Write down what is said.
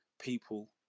people